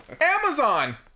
amazon